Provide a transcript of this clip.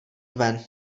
ven